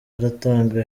aratanga